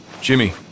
Jimmy